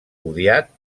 odiat